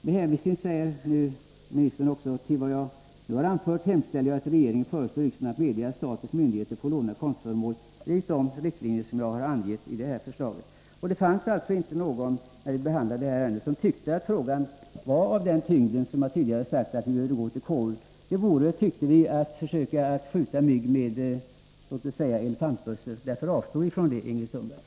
Departementschefen framhåller vidare: ”Med hänvisning till vad jag nu har anfört hemställer jag att regeringen föreslår riksdagen att medge att statliga myndigheter får låna konstföremål enligt de riktlinjer som jag har angett i det föregående.” Vid behandlingen av detta ärende fanns det, som jag tidigare sagt, inte någon som tyckte att frågan hade sådan tyngd att den behövde hänskjutas till konstitutionsutskottet. Vi tyckte att det skulle vara som att skjuta mygg med elefantbössa. Vi avstod alltså från det, Ingrid Sundberg.